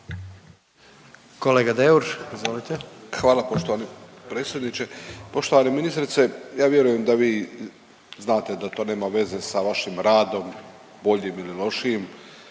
**Deur, Ante (HDZ)** Hvala poštovani predsjedniče. Poštovana ministrice ja vjerujem da vi znate da to nema veze sa vašim radom boljim ili lošijim